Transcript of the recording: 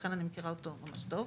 לכן אני מכירה אותו ממש טוב.